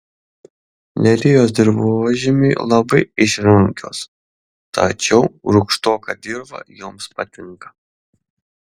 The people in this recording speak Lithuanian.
lelijos dirvožemiui labai išrankios tačiau rūgštoka dirva joms patinka